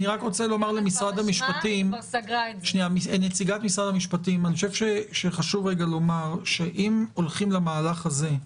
חשוב לומר לנציגת משרד המשפטים שאם הולכים למהלך הזה,